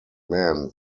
men